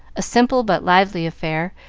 a simple but lively affair,